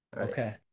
Okay